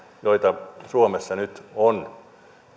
joita suomessa nyt on